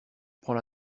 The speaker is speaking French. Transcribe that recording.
prends